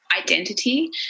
identity